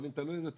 תלוי איזה תרופות.